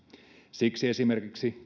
siksi esimerkiksi